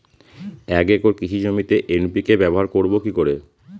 এক একর কৃষি জমিতে এন.পি.কে ব্যবহার করব কি করে?